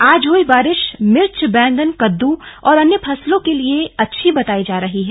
आज हई बारिश मिर्च बैंगन कद्द और अन्य फसलों के लिए अच्छी बताई जा रही है